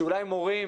שאולי מורים